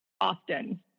often